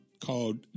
called